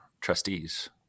trustees